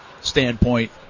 standpoint